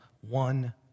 one